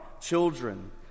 children